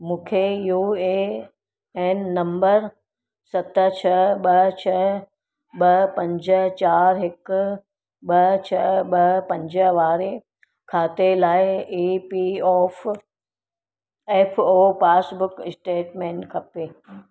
मूंखे U A N number सत छह ॿ छह ॿ पंज चारि हिक ॿ छह ॿ पंज वारे खाते लाइ E P of F O passbook statement खपे